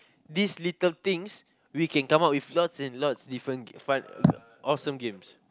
this little things we can come up with lots and lots different g~ fun awesome games